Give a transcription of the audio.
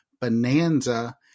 Bonanza